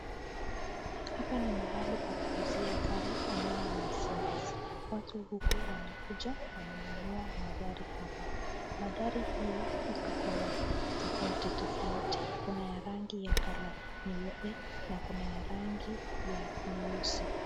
Hapa ni mahali pa kuzia gari aina ya mercedes, watu huku wanakuja wananunua magari hapa magari hii ikona tofauti tofauti, kuna ya rangi ya kala nyeupe na kuna ya rangi nyeusi.